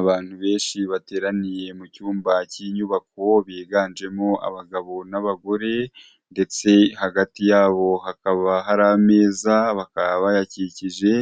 Abantu benshi bateraniye mu cyumba cy'inyubako biganjemo abagabo n'abagore ndetse hagati yabo hakaba hari ameza bakaba bayakikije,